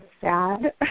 sad